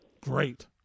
Great